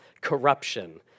corruption